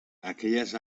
aquelles